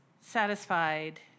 satisfied